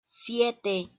siete